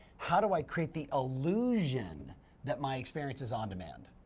how do i create the illusion that my experience is on demand?